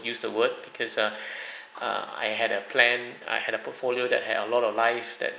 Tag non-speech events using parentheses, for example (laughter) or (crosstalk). use the word because uh (breath) err I had a plan I had a portfolio that had a lot of life that